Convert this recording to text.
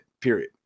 period